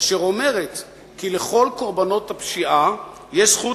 אשר אומרת כי לכל קורבנות הפשיעה יש זכות